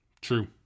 true